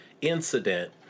incident